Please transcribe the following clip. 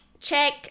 check